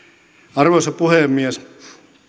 arvoisa puhemies